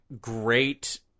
great